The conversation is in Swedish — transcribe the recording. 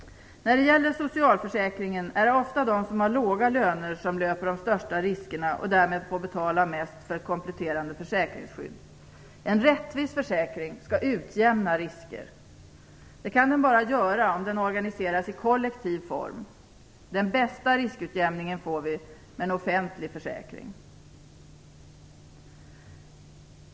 När det gäller socialförsäkringen är det ofta de som har låga löner som löper de största riskerna och därmed får betala mest för ett kompletterande försäkringsskydd. En rättvis försäkring skall utjämna risker. Det kan den bara göra om den organiseras i kollektiv form. Den bästa riskutjämningen får vi med en offentlig försäkring.